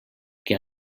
que